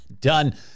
done